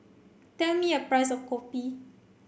tell me a price of Kopi